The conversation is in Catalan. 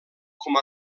com